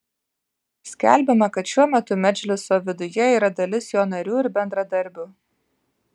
skelbiama kad šiuo metu medžliso viduje yra dalis jo narių ir bendradarbių